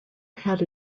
had